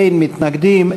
אין מתנגדים,